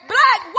Black